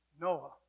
Noah